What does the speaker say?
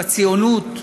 בציונות,